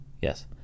Yes